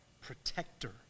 protector